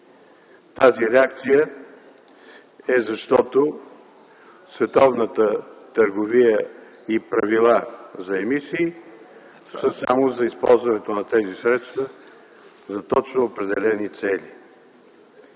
Тази реакция е, защото световната търговия и правила за емисии са само за използването на тези средства за точно определени цели.